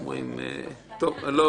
אלו לא